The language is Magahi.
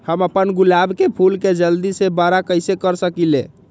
हम अपना गुलाब के फूल के जल्दी से बारा कईसे कर सकिंले?